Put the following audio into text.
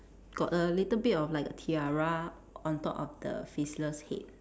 got a little bit of like a tiara on top of the faceless head